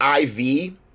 IV